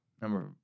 Number